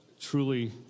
truly